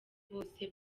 bose